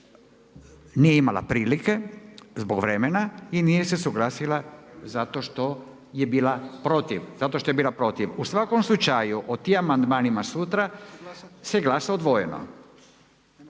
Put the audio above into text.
nije imala prilike zbog vremena i nije se suglasila zato što je bila protiv, zato što je bila protiv. U svakom slučaju, od tim amandmanima sutra se glasa odvojeno.